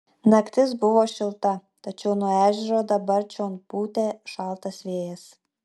naktis buvo šilta tačiau nuo ežero dabar čion pūtė šaltas vėjas